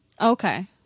Okay